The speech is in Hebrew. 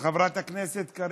חברת הכנסת ציפי לבני, לא נמצאת.